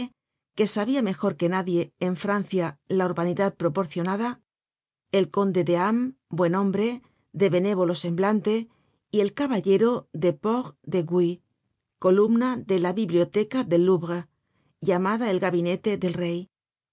que sabia mejor que nadie en francia la urbanidad proporcionada el conde de arn buen hombre de benévolo semblante y el caballero de porl de guy columna de la biblioteca del louvre llamada el gabinete del rey